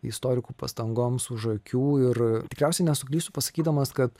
istorikų pastangoms už akių ir tikriausiai nesuklysiu pasakydamas kad